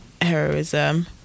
heroism